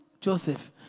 Joseph